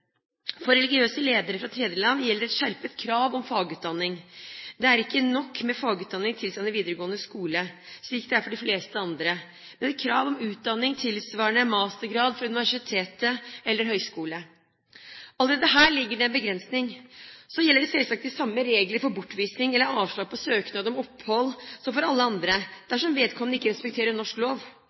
For religiøse ledere fra tredjeland gjelder et skjerpet krav om fagutdanning. Det er ikke nok med fagutdanning tilsvarende videregående skole, slik det er for de fleste andre, men krav om utdanning tilsvarende mastergrad fra universitet eller høyskole. Allerede her ligger det en begrensning. Så gjelder selvsagt de samme regler for bortvisning eller avslag på søknad om opphold som for alle andre, dersom vedkommende ikke respekterer norsk lov.